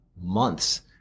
months